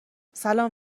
سلام